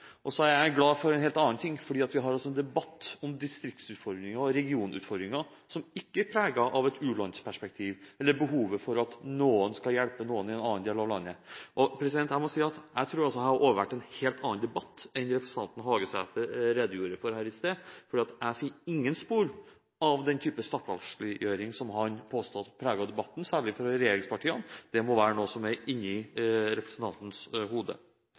en debatt om distrikts- og regionutfordringer som ikke er preget av et u-landsperspektiv – et behov for at noen skal hjelpe noen i en annen del av landet. Så tror jeg at jeg har overvært en helt annen debatt enn representanten Hagesæter, for jeg finner ingen spor av den slags stakkarsliggjøring som han påsto preget debatten, særlig fra regjeringspartienes side. Dette må være noe som bare eksisterer inni representantens hode.